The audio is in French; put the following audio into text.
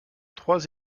trois